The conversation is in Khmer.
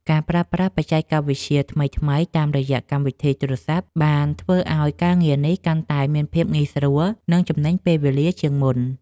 ការប្រើប្រាស់បច្ចេកវិទ្យាថ្មីៗតាមរយៈកម្មវិធីទូរសព្ទបានធ្វើឱ្យការងារនេះកាន់តែមានភាពងាយស្រួលនិងចំណេញពេលវេលាជាងមុន។